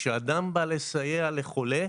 כשאדם בא לסייע לחולה,